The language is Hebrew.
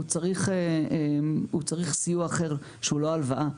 הוא צריך סיוע אחר שהוא לא הלוואה,